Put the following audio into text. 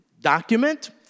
document